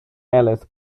alice